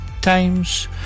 times